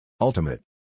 Ultimate